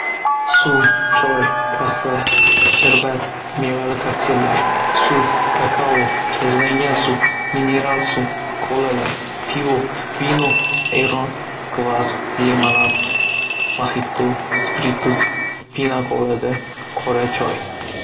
Suv, choy, qahva, sharbat, mevali qoqteyllar, sut, qaqao, gazlangan suv, mineral suv, colalar, pivo, vino, ayron, qvas, limonad, moxitto, spritz, pina colada, qora choy.